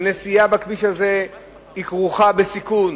הנסיעה בכביש הזה כרוכה בסיכון,